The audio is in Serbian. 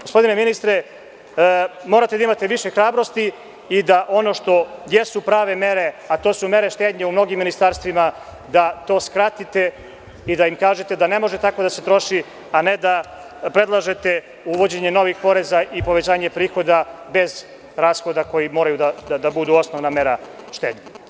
Gospodine ministre, morate da imate više hrabrosti i da ono što jesu prave mere, a to su mere štednje u mnogim ministarstvima, da to skratite i da im kažete da ne može tako da se troši, a ne da predlažete uvođenje novih poreza i povećanje prihoda bez rashoda koji moraju da budu osnovna mera štednje.